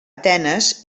atenes